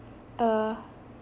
uh